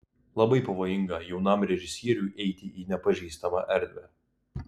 labai pavojinga jaunam režisieriui eiti į nepažįstamą erdvę